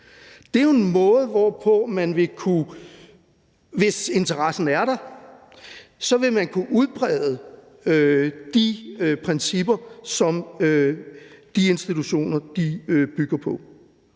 Det er jo en måde, hvorpå man, hvis interessen er der, vil kunne udbrede de principper, som de institutioner bygger på.